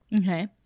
okay